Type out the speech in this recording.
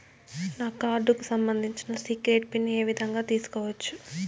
నా కార్డుకు సంబంధించిన సీక్రెట్ పిన్ ఏ విధంగా తీసుకోవచ్చు?